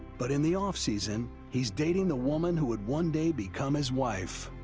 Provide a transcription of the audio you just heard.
but in the off-season, he's dating the woman who would one day become his wife.